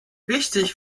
wichtig